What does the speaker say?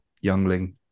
Youngling